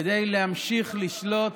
כדי להמשיך לשלוט